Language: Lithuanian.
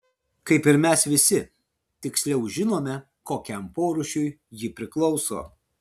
kaip ir mes visi tiksliau žinome kokiam porūšiui ji priklauso